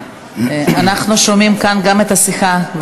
אנחנו שומעים כאן גם את השיחה.